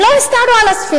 הם לא הסתערו על הספינה,